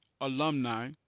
alumni